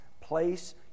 place